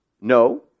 No